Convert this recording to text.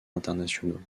internationaux